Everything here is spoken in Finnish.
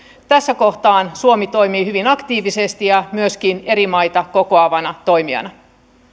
tässä kohtaa suomi toimii hyvin aktiivisesti ja myöskin eri maita kokoavana toimijana